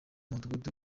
mudugudu